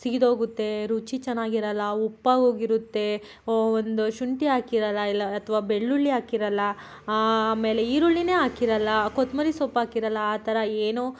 ಸೀದ್ಹೋಗುತ್ತೆ ರುಚಿ ಚೆನ್ನಾಗಿರಲ್ಲ ಉಪ್ಪಾಗೋಗಿರುತ್ತೆ ಒಂದು ಶುಂಠಿ ಹಾಕಿರಲ್ಲ ಇಲ್ಲ ಅಥ್ವಾ ಬೆಳ್ಳುಳ್ಳಿ ಹಾಕಿರಲ್ಲ ಆಮೇಲೆ ಈರುಳ್ಳಿನೇ ಹಾಕಿರಲ್ಲ ಕೊತ್ತಂಬ್ರಿ ಸೊಪ್ಪು ಹಾಕಿರಲ್ಲ ಆ ಥರ ಏನೋ